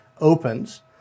opens